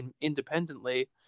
independently